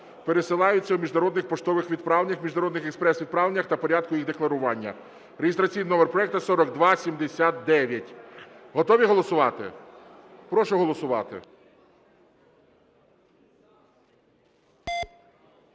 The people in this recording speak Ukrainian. (пересилаються) у міжнародних поштових відправленнях, міжнародних експрес-відправленнях та порядку їх декларування) (реєстраційний номер проекту 4279). Готові голосувати? Прошу голосувати.